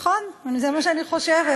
נכון, זה מה שאני חושבת.